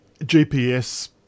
GPS